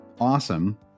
Awesome